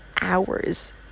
hours